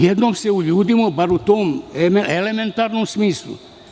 Jednom se uljudimo, bar u tom elementarnom smislu.